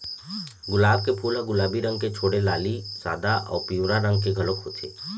गुलाब के फूल ह गुलाबी रंग के छोड़े लाली, सादा अउ पिंवरा रंग के घलोक होथे